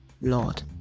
Lord